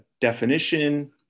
definition